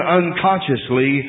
unconsciously